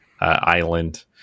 island